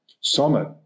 summit